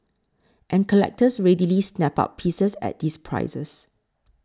and collectors readily snap up pieces at these prices